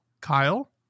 Kyle